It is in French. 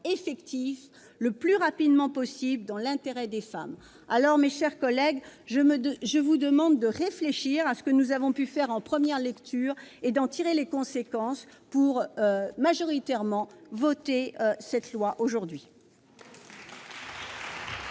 effectif le plus rapidement possible dans l'intérêt des femmes. Mes chers collègues, je vous demande de réfléchir à ce que nous avons pu faire en première lecture et d'en tirer les conséquences pour voter majoritairement la proposition de loi qui